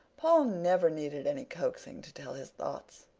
paul never needed any coaxing to tell his thoughts.